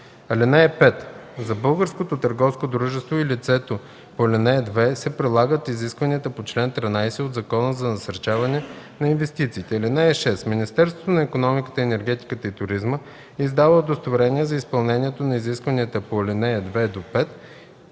лица. (5) За българското търговско дружество и за лицето по ал. 2 се прилагат изискванията на чл. 13 от Закона за насърчаване на инвестициите. (6) Министерството на икономиката, енергетиката и туризма издава удостоверение за изпълнението на изискванията по ал. 2 – 5,